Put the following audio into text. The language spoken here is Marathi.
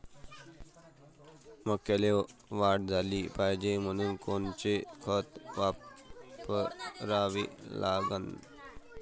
मक्याले वाढ झाली पाहिजे म्हनून कोनचे खतं वापराले लागन?